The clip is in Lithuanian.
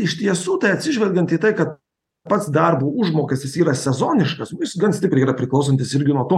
iš tiesų tai atsižvelgiant į tai kad pats darbo užmokestis yra sezoniškas nu jis gan stipriai yra priklausantis irgi nuo to